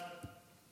של תקנות שעת חירום (נגיף הקורונה החדש)